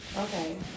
Okay